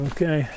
Okay